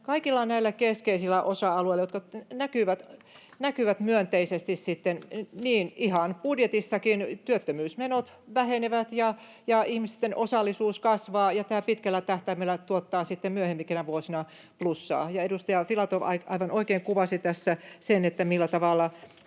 kaikilla näillä keskeisillä osa-alueilla, jotka näkyvät sitten myönteisesti, ja ihan budjetissakin työttömyysmenot vähenevät ja ihmisten osallisuus kasvaa, ja tämä pitkällä tähtäimellä tuottaa sitten myöhempinä vuosina plussaa. Edustaja Filatov aivan oikein kuvasi tässä sen, millä tavalla